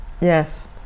Yes